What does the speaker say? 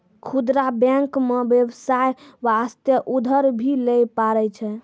खुदरा बैंक मे बेबसाय बास्ते उधर भी लै पारै छै